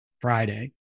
Friday